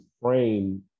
frame